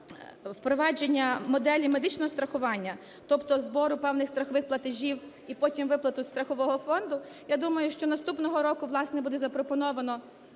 впровадження моделі медичного страхування, тобто збору певних страхових платежів і потім виплату страхового фонду. Я думаю, що наступного року, власне, буде запропоновано,